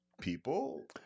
people